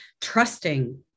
trusting